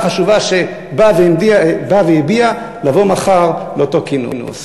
החשובה שבא והביע לבוא מחר לאותו כינוס.